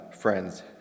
friends